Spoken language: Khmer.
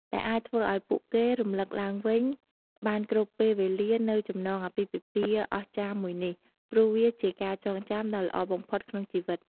ដែលអាចធ្វើឲ្យពួកគេរំលឹកឡើងវិញបានគ្រប់ពេលវេលានូវចំណងអាពាហ៍ពិហ៍អស្ចារ្យមួយនេះ ព្រោះវាជាការចងចាំដ៏ល្អបំផុតក្នុងជិវិត។